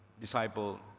disciple